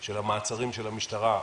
של המעצרים של המשטרה,